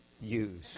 use